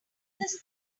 this